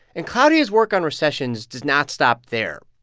and claudia's work on recessions does not stop there.